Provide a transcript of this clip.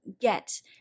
get